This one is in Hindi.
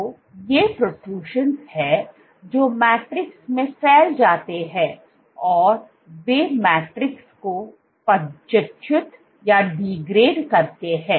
तो ये प्रोट्रूशियंस हैं जो मैट्रिक्स में फैल जाते हैं और वे मैट्रिक्स को पदच्युत करते हैं